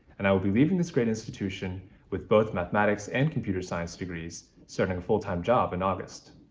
and i will be leaving this great institution with both mathematics and computer science degrees, starting a full time job in august.